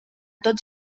tots